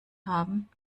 haben